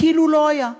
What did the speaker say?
כאילו לא היה.